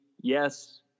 yes